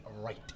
right